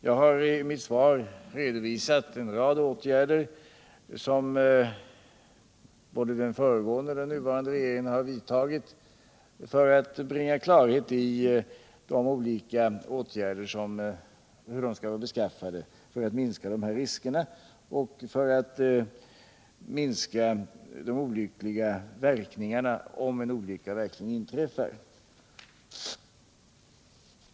Jag har i mitt svar redovisat en rad åtgärder som både den föregående och den nuvarande regeringen har vidtagit för att bringa klarhet i hur de olika insatser skall vara beskaffade som man skall göra för att minska riskerna och de olyckliga verkningarna om en olycka verkligen inträffar.